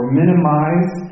minimize